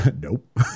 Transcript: Nope